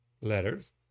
letters